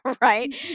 right